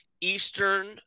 Eastern